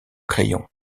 crayons